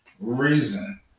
reason